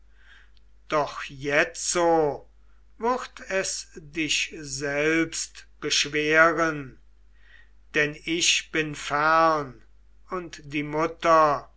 doch jetzo würd es dich selbst beschweren denn ich bin fern und die mutter